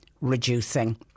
reducing